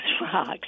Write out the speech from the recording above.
rocks